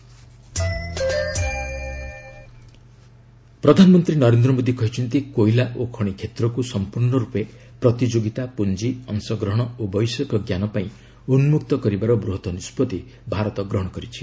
PM coal ପ୍ରଧାନମନ୍ତ୍ରୀ ନରେନ୍ଦ୍ର ମୋଦି କହିଛନ୍ତି କୋଇଲା ଓ ଖଣି କ୍ଷେତ୍ରକୁ ସମ୍ପର୍ଶ୍ୱରୂପେ ପ୍ରତିଯୋଗିତା ପୁଞ୍ଜି ଅଂଶଗ୍ରହଣ ଓ ବୈଷୟିକ ଜ୍ଞାନ ପାଇଁ ଉନ୍କକ୍ତ କରିବାର ବୃହତ୍ତ ନିଷ୍ପଭି ଭାରତ ଗ୍ରହଣ କରିଛି